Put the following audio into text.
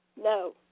No